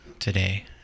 today